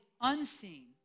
unseen